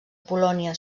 polònia